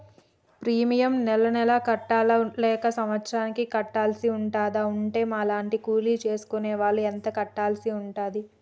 Premium నెల నెలకు కట్టాలా లేక సంవత్సరానికి కట్టాల్సి ఉంటదా? ఉంటే మా లాంటి కూలి చేసుకునే వాళ్లు ఎంత కట్టాల్సి ఉంటది?